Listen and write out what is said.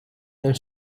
and